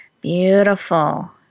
Beautiful